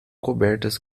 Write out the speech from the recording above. cobertas